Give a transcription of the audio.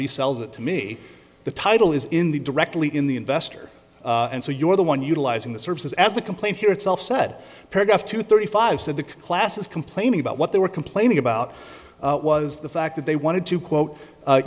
he sells it to me the title is in the directly in the investor and so you're the one utilizing the services as the complaint here itself said paragraph two thirty five said the class is complaining about what they were complaining about was the fact that they wanted to quote u